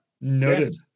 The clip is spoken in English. Noted